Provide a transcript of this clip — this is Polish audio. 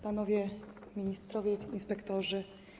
Panowie Ministrowie i Inspektorzy!